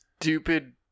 stupid